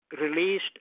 released